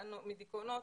מדיכאונות,